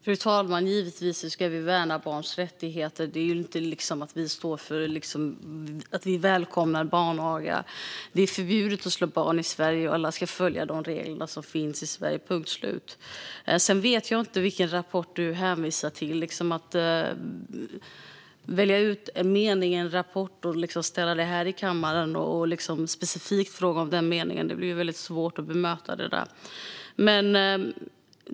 Fru talman! Givetvis ska vi värna barns rättigheter. Ludvig Aspling försöker få det att låta som om vi välkomnar barnaga. Det är förbjudet att slå barn i Sverige, och alla ska följa de regler som finns i Sverige, punkt slut. Sedan vet jag inte vilken rapport du hänvisar till, Ludvig Aspling. När du väljer ut en mening i rapporten och ställer dig här i kammaren och frågar specifikt om den blir det svårt för mig att bemöta det.